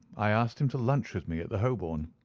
i asked him to lunch with me at the holborn,